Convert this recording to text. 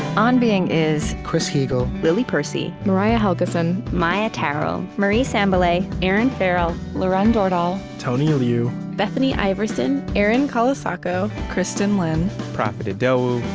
on being is chris heagle, lily percy, mariah helgeson, maia tarrell, marie sambilay, erinn farrell, lauren dordal, tony liu, bethany iverson, erin colasacco, kristin lin, profit idowu,